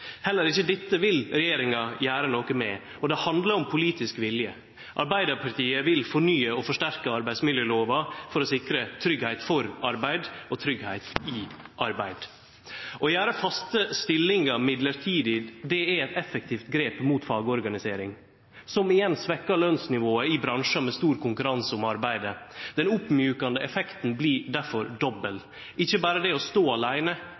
Heller ikkje dette vil regjeringa gjere noko med. Det handlar om politisk vilje. Arbeidarpartiet vil fornye og forsterke arbeidsmiljølova for å sikre tryggleik for arbeid og tryggleik i arbeid. Å gjere faste stillingar mellombelse er eit effektiv grep mot fagorganisering, som igjen svekkjer lønsnivået i bransjar med stor konkurranse om arbeidet. Den oppmjukande effekten blir difor dobbel. Ikkje berre det å stå